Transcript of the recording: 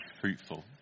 fruitful